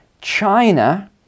china